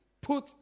put